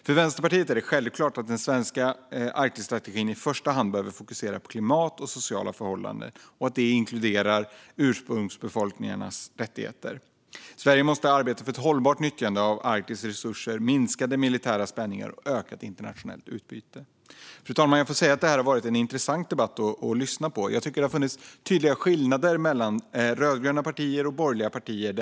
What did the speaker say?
För Vänsterpartiet är det självklart att den svenska Arktisstrategin i första hand behöver fokusera på klimat och sociala förhållanden, vilket inkluderar ursprungsbefolkningarnas rättigheter. Sverige måste arbeta för ett hållbart nyttjande av Arktis resurser, minskade militära spänningar och ett ökat internationellt utbyte. Fru talman! Jag får säga att detta har varit en intressant debatt att lyssna på. Jag tycker att det har funnits tydliga skillnader mellan rödgröna partier och borgerliga partier.